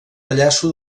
pallasso